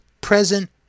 present